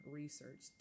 research